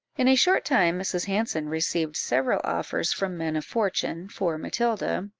in a short time, mrs. hanson received several offers from men of fortune for matilda,